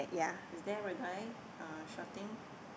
is there a guy uh shouting